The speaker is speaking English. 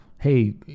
hey